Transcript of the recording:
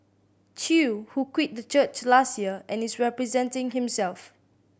Chew who quit the church last year and is representing himself